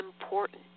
important